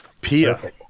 Pia